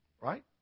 Right